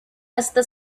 hasta